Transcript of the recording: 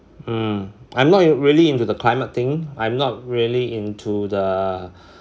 hmm I'm not really into the climate thing I'm not really into the